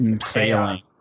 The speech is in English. sailing